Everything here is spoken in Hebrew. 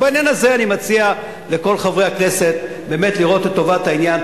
בעניין הזה אני מציע לכל חברי הכנסת באמת לראות את טובת העניין,